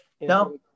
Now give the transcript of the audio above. No